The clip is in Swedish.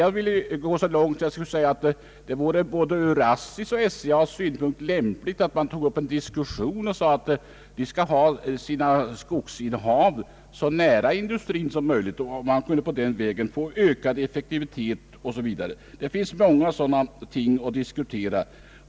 Jag vill gå så långt som att säga att det vore ur ASSI:s och SIA:s synpunkt lämpligt att man tog upp en diskussion om att ha sina skogsinnehav så nära industrin som möjligt, så att man på den vägen skulle få ökad effektivitet. Det finns många sådana ting att diskutera.